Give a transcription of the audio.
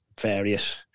various